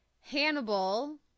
Hannibal